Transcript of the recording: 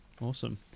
Awesome